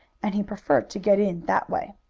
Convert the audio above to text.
and he preferred to get in that way.